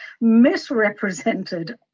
misrepresented